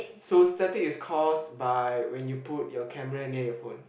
so static is caused by when you put your camera near your phone